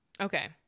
Okay